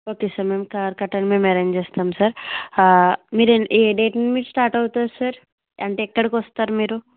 okay sir మేము car కట్టానీ మేము ఎరేంజ్ చేస్తాము సార్ ఆ మీరు అండ్ ఏ డేట్ని మీరు స్టాట్ అవుతారు సార్ అంటే ఎక్కడికి వస్తారు మీరు